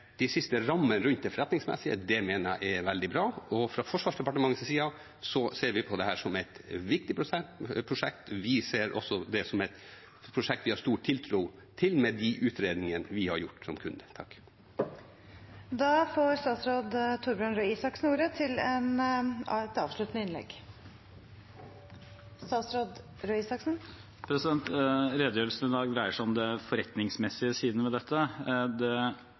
de siste rammene rundt det forretningsmessige. Det mener jeg er veldig bra. Fra Forsvarsdepartementets side ser vi på dette som et viktig prosjekt. Vi ser det også som et prosjekt vi har stor tiltro til, med de utredningene vi har gjort som kunde. Redegjørelsen i dag dreier seg om den forretningsmessige siden ved dette. Det